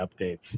updates